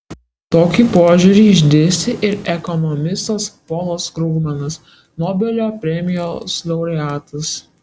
tokį požiūrį išdėstė ir ekonomistas polas krugmanas nobelio premijos laureatas